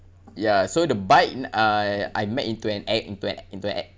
ya so the bike uh I met into an acc~ into an acc~ into an accident